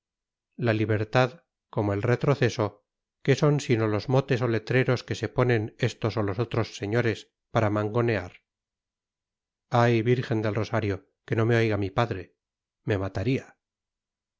la libertad como el retroceso qué son sino los motes o letreros que se ponen estos o los otros señores para mangonear ay virgen del rosario que no me oiga mi padre me mataría